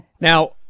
Now